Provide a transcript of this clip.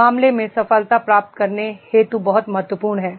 मामले में सफलता प्राप्त करने हेतु बहुत महत्वपूर्ण है